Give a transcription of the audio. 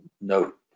note